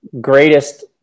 greatest